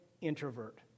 introvert